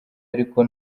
ariko